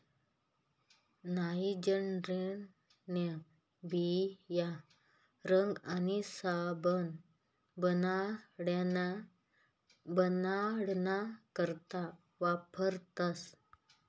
नाइजरन्या बिया रंग आणि साबण बनाडाना करता वापरतस